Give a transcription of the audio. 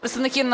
представники